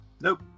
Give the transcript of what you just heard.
Nope